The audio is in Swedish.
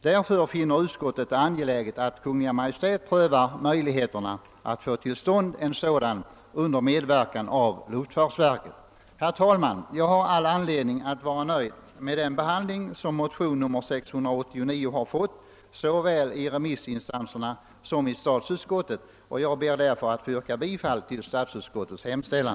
Utskottet finner det därför an geläget att Kungl. Maj:t prövar möjligheterna att få till stånd en sådan under medverkan av luftfartsverket. Herr talman! Jag har all anledning alt vara nöjd med den behandling som motionerna har fått såväl i remissinstanserna som i statsutskottet och ber därför att få yrka bifall till utskottets hemställan.